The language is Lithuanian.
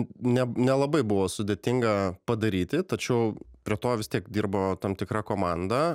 ne nelabai buvo sudėtinga padaryti tačiau prie to vis tiek dirbo tam tikra komanda